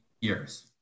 years